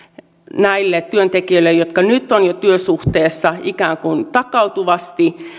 näille työntekijöille jotka nyt ovat jo työsuhteessa ikään kuin takautuvasti